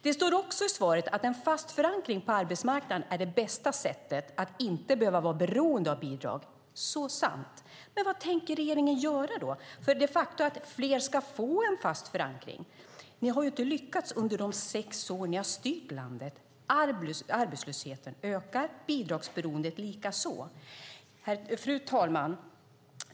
Det står också i svaret att en fast förankring på arbetsmarknaden är det bästa sättet att inte behöva vara beroende av bidrag. Det är så sant. Men vad tänker regeringen göra för att fler ska få en fast förankring? Ni har inte lyckats under de sex år ni har styrt landet. Arbetslösheten ökar, bidragsberoendet likaså. Fru talman!